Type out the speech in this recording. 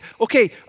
okay